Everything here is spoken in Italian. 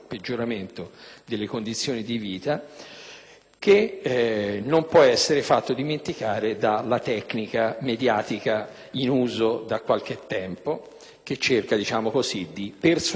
che non può essere fatto dimenticare dalla tecnica mediatica in uso da qualche tempo, che cerca di persuadere gli impersuadibili